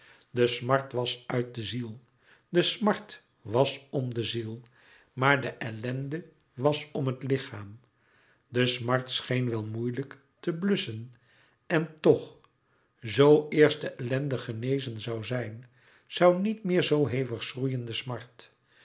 de smart was uit de ziel de smart was om de ziel maar de ellende was om het lichaam de smart scheen wel moeilijk te blusschen en toch zoo eerst de ellende genezen zoû zijn zoû niet meer zoo hevig schroeien de smart